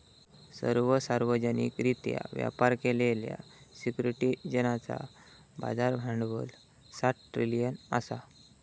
सर्व सार्वजनिकरित्या व्यापार केलेल्या सिक्युरिटीजचा बाजार भांडवल सात ट्रिलियन असा